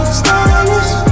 stylish